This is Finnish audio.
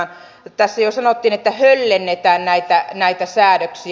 tässä jo sanottiin että höllennetään näitä säädöksiä